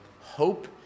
hope